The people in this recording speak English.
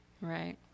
Right